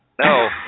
No